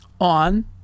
on